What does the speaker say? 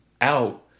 out